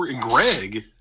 Greg